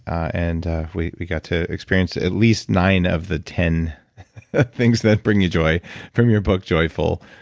and we we got to experience at least nine of the ten things that bring you joy from your book joyful.